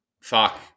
Fuck